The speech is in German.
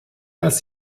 als